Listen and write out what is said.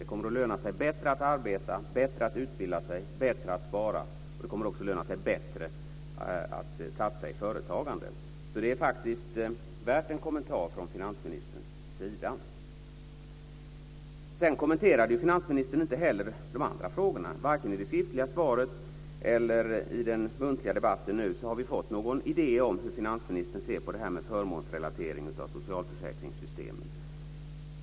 Det kommer att löna sig bättre att arbeta, bättre att utbilda sig och bättre att spara. Det kommer också att löna sig bättre att satsa i företagande. Det är faktiskt värt en kommentar från finansministerns sida. Finansministern kommenterade inte heller de andra frågorna. Varken i det skriftliga svaret eller i den muntliga debatten har vi fått någon idé om hur finansministern ser på förmånsrelatering av socialförsäkringssystemen.